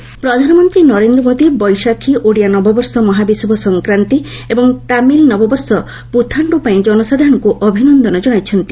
PM festivals ପ୍ରଧାନମନ୍ତ୍ରୀ ନରେନ୍ଦ୍ର ମୋଦି ବୈଶାଖୀ ଓଡ଼ିଆ ନବବର୍ଷ ମହାବିଷୁବ ସଂକ୍ରାନ୍ତି ଏବଂ ତାମିଲ ନବବର୍ଷ ପ୍ରଥାଣ୍ଡ୍ର ପାଇଁ ଜନସାଧାରଣଙ୍କ ଅଭିନନ୍ଦନ ଜଣାଇଛନ୍ତି